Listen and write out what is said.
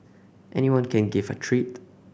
anyone can give a treat